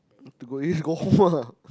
to go eat go home ah